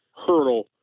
hurdle